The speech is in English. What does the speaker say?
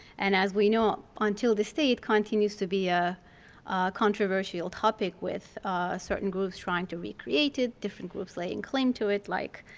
and as we know, until this day it continues to be a controversial topic with certain groups trying to recreate it, different groups laying claim to it like